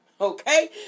Okay